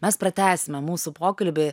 mes pratęsime mūsų pokalbį